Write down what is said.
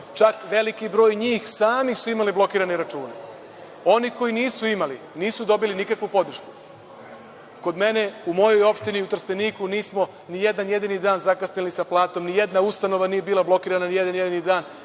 čak veliki broj njih sami su imali blokirane račune. Oni koji nisu imali, nisu dobili nikakvu podršku. Kod mene, u mojoj opštini, u Trsteniku, nismo ni jedan jedini dan zakasnili sa platom, nijedna ustanova nije bila blokirana ni jedan jedini dan,